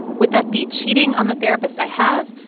would that be cheating on the therapist i have.